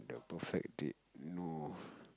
perfect date no